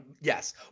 yes